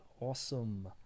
awesome